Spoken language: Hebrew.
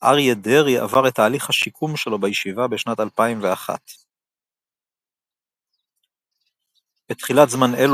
אריה דרעי עבר את תהליך השיקום שלו בישיבה בשנת 2001. בתחילת זמן אלול